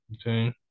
Okay